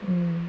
mmhmm